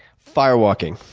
firewalking,